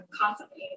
constantly